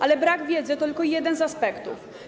Ale brak wiedzy to tylko jeden z aspektów.